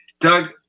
Doug